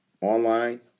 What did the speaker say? Online